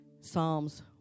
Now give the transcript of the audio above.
Psalms